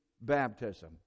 baptism